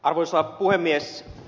arvoisa puhemies